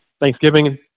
Thanksgiving